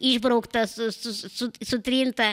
išbrauktas su sutrinta